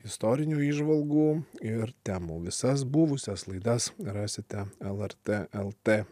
istorinių įžvalgų ir temų visas buvusias laidas rasite lrt lt